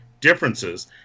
differences